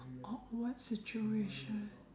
awkward situation